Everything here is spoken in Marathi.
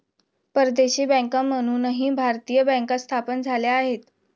परदेशी बँका म्हणूनही भारतीय बँका स्थापन झाल्या आहेत